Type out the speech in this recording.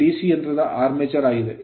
ಇದು DC ಯಂತ್ರದ armature armature ಆಗಿದೆ